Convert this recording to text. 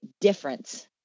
difference